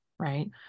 Right